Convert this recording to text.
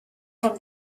from